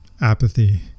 apathy